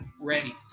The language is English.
ready